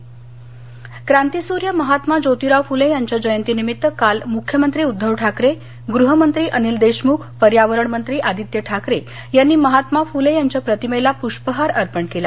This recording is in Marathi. महात्मा फले जयंती क्रांतीसूर्य महात्मा जोतिराव फुले यांच्या जयंती निमित्त काल मुख्यमंत्री उद्धव ठाकरे गृहमंत्री अनिल देशमुख पर्यावरण मंत्री आदित्य ठाकरे यांनी महात्मा फुले यांच्या प्रतिमेला प्रष्पहार अर्पण केला